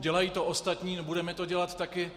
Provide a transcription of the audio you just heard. Dělají to ostatní, budeme to dělat taky.